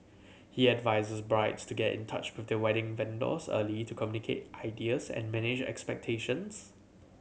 he advises brides to get in touch with their wedding vendors early to communicate ideas and manage expectations